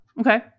okay